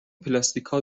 پلاستیکها